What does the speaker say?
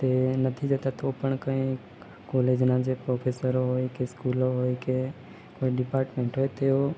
તે નથી જતાં તો પણ કંઈ કોલેજના જે પ્રોફેસરો હોય કે સ્કૂલો હોય કે કોઈ ડીપાર્ટમેન્ટ હોય તેઓ